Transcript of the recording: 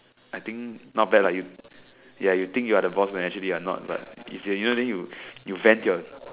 I think not bad lah you ya you think you are the boss but you actually are not then you vent your